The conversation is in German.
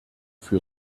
für